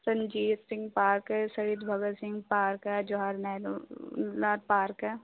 Ranjit Singh park Shaheed Bhagat Singh park ਹੈ ਜਵਾਹਰਲਾਲ ਨਹਿਰੂ ਦਾ park ਹੈ